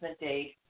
date